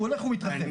הוא הולך ומתרחב.